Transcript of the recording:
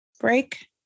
break